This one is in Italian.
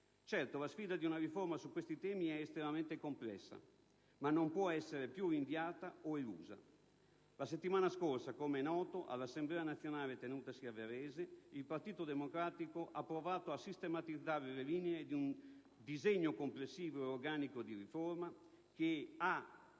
Certo, la sfida di una riforma su questi temi è estremamente complessa, ma non può essere più rinviata o elusa. La settimana scorsa, come è noto, all'Assemblea nazionale tenutasi a Varese, il Partito Democratico ha provato a sistematizzare le linee di un disegno complessivo ed organico di riforma, che ha